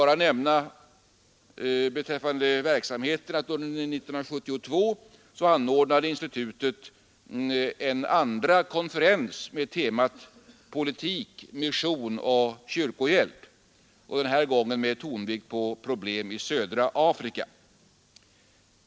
Jag vill beträffande verksamheten bara nämna att institutet under 1972 anordnade en andra konferens med temat ”Politik—mission— kyrkohjälp”, denna gång med tonvikt på problem i södra Afrika.